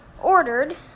ordered